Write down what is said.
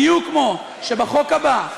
בדיוק כמו שבחוק הבא,